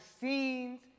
scenes